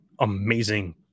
amazing